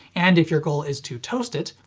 and if your goal is to toast it,